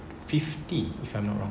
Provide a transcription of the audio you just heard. fifty if I'm not wrong